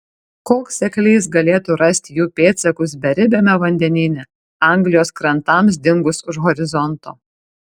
koks seklys galėtų rasti jų pėdsakus beribiame vandenyne anglijos krantams dingus už horizonto